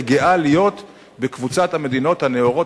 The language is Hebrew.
וגאה להיות בקבוצת המדינות הנאורות,